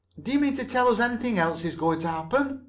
do you mean to tell us anything else is going to happen?